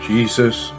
Jesus